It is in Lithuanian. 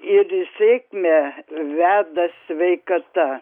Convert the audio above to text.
ir į sėkmę veda sveikata